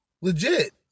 Legit